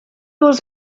was